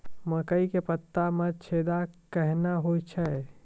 मकई के पत्ता मे छेदा कहना हु छ?